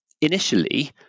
initially